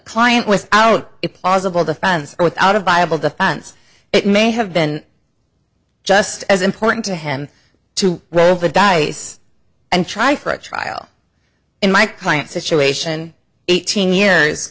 client with out if possible the funds without a viable defense it may have been just as important to him to well the dice and try for a trial in my client's situation eighteen years